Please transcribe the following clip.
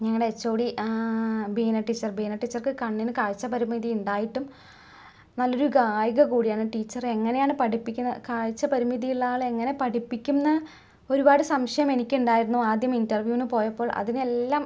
ഞങ്ങടെ HOD Beena teacher Beena ടീച്ചർക്ക് കണ്ണിന് കാഴ്ച് പരിമിതി ഉണ്ടായിട്ടും നല്ലൊരു ഗായിക കൂടിയാണ് ടീച്ചർ എങ്ങനെയാണ് പഠിപ്പിക്കുന്ന കാഴ്ച്ച പരിമിതിയുള്ളയാള് എങ്ങന പഠിപ്പിക്കുന്ന ഒരുപാട് സംശയം എനിക്കുണ്ടായിരുന്നു ആദ്യം ഇൻറർവ്യൂവിനു പോയപ്പോൾ അതിനെല്ലാം